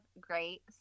great